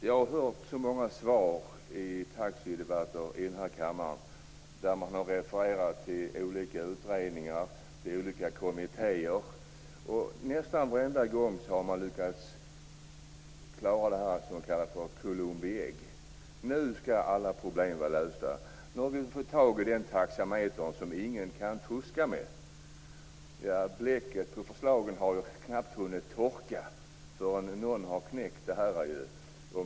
Jag har hört så många svar i taxidebatter i den här kammaren där man har refererat till olika utredningar, till olika kommittéer, och nästan varje gång har man lyckats klara det man kallar Columbi ägg: Nu skall alla problem vara lösta. Nu har vi fått tag i den taxameter som ingen kan fuska med. Bläcket på förslagen har knappt hunnit torka förrän någon har knäckt detta.